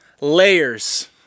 layers